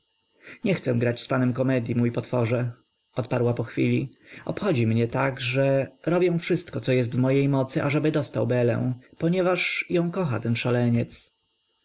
nie chcę grać z panem komedyi mój potworze odparła pochwili obchodzi mnie tak że robię wszystko co jest w mojej mocy ażeby dostał belę ponieważ ją kocha ten szaleniec